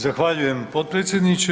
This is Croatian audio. Zahvaljujem potpredsjedniče.